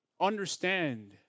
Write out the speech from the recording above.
understand